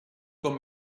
com